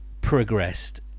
progressed